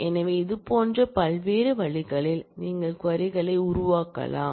எனவே இதுபோன்ற பல்வேறு வழிகளில் நீங்கள் க்வரி களை உருவாக்கலாம்